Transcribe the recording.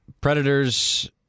Predators